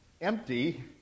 empty